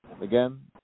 again